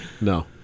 No